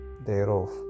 Thereof